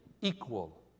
equal